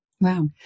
Wow